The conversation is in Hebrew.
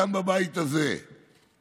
"כאן בבית הזה";